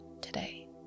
today